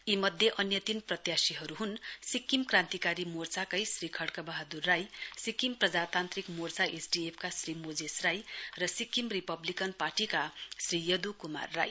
यी मध्ये अन्य तीन प्रत्याशीहरु हुन सिक्किम क्रान्तिकारी मोर्चाकै श्री खड़क वहादुर राई सिक्किम प्रजातान्त्रिक मोर्चा एसडीएफ का श्री मोजेस राई र सिक्किम रिपब्लिकन पार्टीका श्री यदु कुमार राई